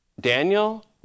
Daniel